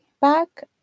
back